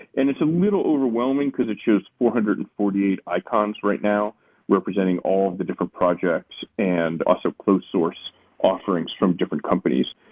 and it's a little overwhelming because it's just four hundred and forty eight icons right now representing all the different projects and also close-source offerings from different companies.